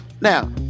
Now